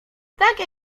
takie